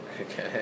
okay